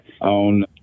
on